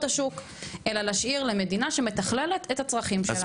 השוק אלא גם למדינה שמתכללת את הצרכים שלה.